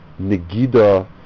negida